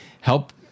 Help